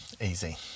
Easy